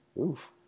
Oof